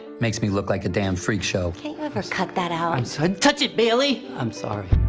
makes me look like a damn freak show. can't you ever cut that out? i'm so touch it baily! i'm sorry.